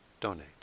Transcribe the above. donate